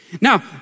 Now